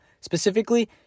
specifically